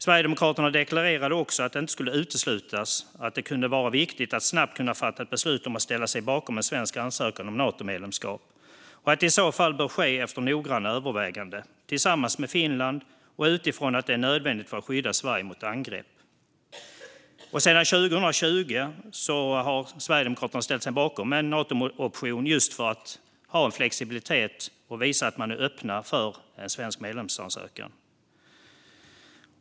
Sverigedemokraterna deklarerade också att det inte skulle uteslutas att det kunde vara viktigt att snabbt kunna fatta beslut om att ställa sig bakom en svensk ansökan om Natomedlemskap och att det i så fall borde ske efter noggranna överväganden, tillsammans med Finland och utifrån att det är nödvändigt för att skydda Sverige mot angrepp. Sedan 2020 har Sverigedemokraterna stått bakom en Natooption just för att ha flexibilitet och visa att man är öppen för en svensk medlemsansökan.